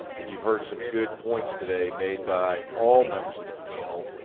and you've heard some good points today made by all members of the panel,